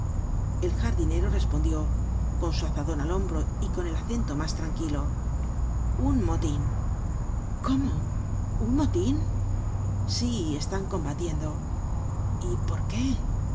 el jardinero respondió con su azadon al hombro y con el acento mas tranquilo un motin cómo un motín sí están combatiendo y por qué